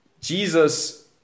Jesus